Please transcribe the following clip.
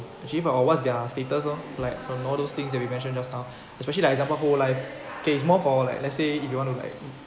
achieve ah what's their status lor like on all those things that we mentioned just now especially like example whole life okay is more for like let's say if you want to like